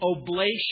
oblation